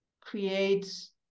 creates